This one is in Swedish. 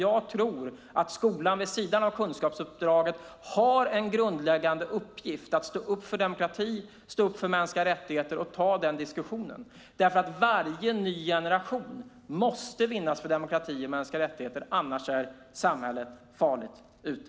Jag tror att skolan vid sidan av kunskapsuppdraget har en grundläggande uppgift att stå upp för demokrati, att stå upp för mänskliga rättigheter och att ta den diskussionen. Varje ny generation måste vinnas för demokrati och mänskliga rättigheter. Annars är samhället farligt ute.